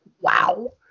wow